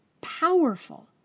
powerful